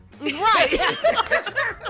Right